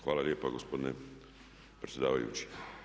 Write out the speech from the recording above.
Hvala lijepo gospodine predsjedavajući.